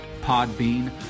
Podbean